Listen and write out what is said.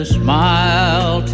smile